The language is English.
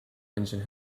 engine